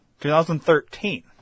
2013